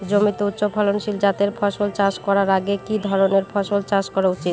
জমিতে উচ্চফলনশীল জাতের ফসল চাষ করার আগে কি ধরণের ফসল চাষ করা উচিৎ?